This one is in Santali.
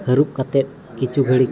ᱦᱟᱹᱨᱩᱵ ᱠᱟᱛᱮᱫ ᱠᱤᱪᱷᱩ ᱜᱷᱟᱲᱤᱡ